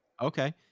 Okay